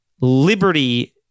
liberty